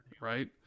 Right